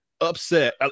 upset